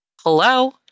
Hello